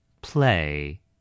Play